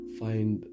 find